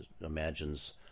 imagines